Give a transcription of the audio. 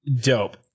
Dope